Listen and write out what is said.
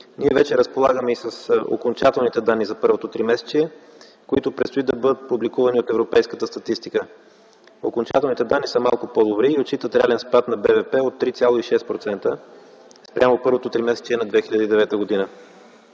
Ние вече разполагаме и с окончателните данни за първото тримесечие, които предстои да бъдат публикувани от европейската статистика. Окончателните данни са малко по-добри и отчитат реален спад на брутния вътрешен продукт от 3,6% спрямо първото тримесечие на 2009 г.